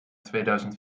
tweeduizend